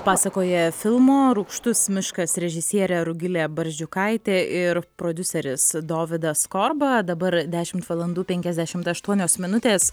pasakoja filmo rūgštus miškas režisierė rugilė barzdžiukaitė ir prodiuseris dovydas korba dabar dešimt valandų penkiasdešimt aštuonios minutės